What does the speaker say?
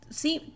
see